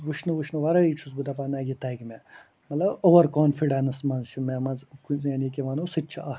وٕچھنہٕ وٕچھنہٕ ورٲیی چھُس بہٕ دَپان نَہ یہِ تگہِ مےٚ مطلب اُور کانٛفڈٮ۪نٕس منٛز چھِ مےٚ منٛز یعنی کہِ وَنو سُہ تہِ چھُ اکھ